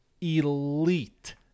elite